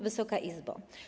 Wysoka Izbo!